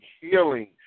healing